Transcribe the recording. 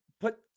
put